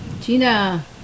Gina